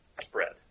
spread